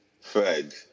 Fred